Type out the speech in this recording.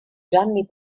gianni